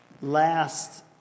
Last